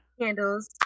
candles